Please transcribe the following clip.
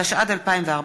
התשע"ד 2014,